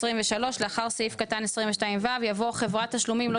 הסתייגות 23: "לאחר סעיף קטן 22(ו) יבוא "חברת תשלומים לא